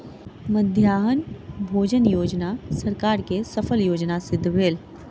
मध्याह्न भोजन योजना सरकार के सफल योजना सिद्ध भेल